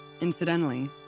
Incidentally